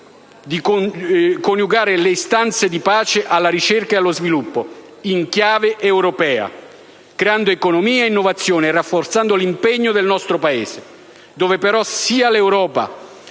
di coniugare le istanze di pace alla ricerca e allo sviluppo, in chiave europea, creando economia e innovazione e rafforzando l'impegno del nostro Paese, dove però sia l'Europa